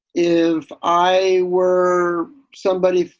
if i were somebody,